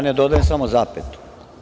Ne dodajem samo zapetu.